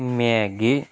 maggie